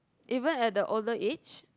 even at the older age